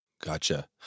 Gotcha